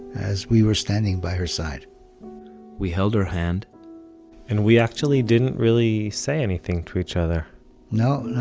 as we were standing by her side we held her hand and we actually, didn't really say anything to each other no. no.